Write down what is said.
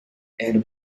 and